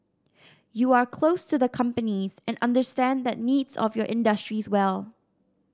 you are close to the companies and understand the needs of your industries well